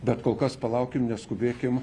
bet kol kas palaukim neskubėkim